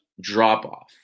drop-off